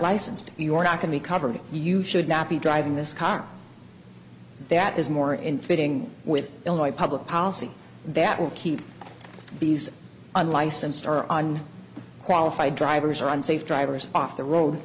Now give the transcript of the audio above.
licensed you're not going be covered you should not be driving this car that is more in fitting with illinois public policy that will keep these unlicensed or on qualified drivers or on safe drivers off the road